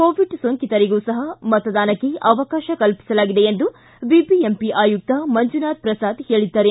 Covid ಸೋಂಕಿತರಿಗೂ ಸಹ ಮತದಾನಕ್ಕೆ ಅವಕಾಶ ಕಲ್ಪಿಸಲಾಗಿದೆ ಎಂದು ಬಿಬಿಎಂಪಿ ಆಯುಕ್ತ ಮಂಜುನಾಥ್ ಪ್ರಸಾದ್ ಹೇಳಿದ್ದಾರೆ